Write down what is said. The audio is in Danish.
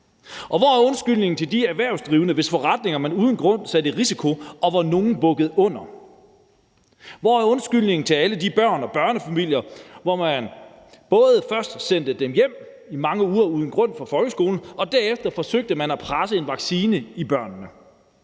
Hvor er undskyldningen til de erhvervsdrivende, hvis forretninger man uden grund udsatte for risiko, og hvor nogle bukkede under? Hvor er undskyldningen til alle de børnefamilier og børn, som man først sendte hjem fra folkeskolen i mange uger uden grund, og hvor man derefter forsøgte at presse en vaccine i børnene?